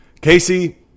Casey